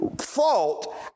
fault